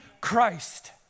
Christ